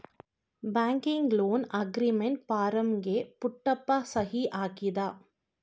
banking loan agreement ಫಾರಂಗೆ ಪುಟ್ಟಪ್ಪ ಸಹಿ ಹಾಕಿದ